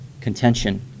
Contention